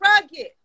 rugged